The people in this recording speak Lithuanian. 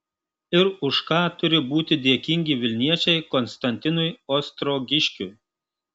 ir už ką turi būti dėkingi vilniečiai konstantinui ostrogiškiui